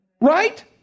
Right